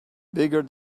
bigger